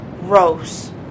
gross